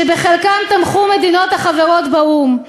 שבחלקם תמכו מדינות החברות באו"ם.